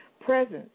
Presence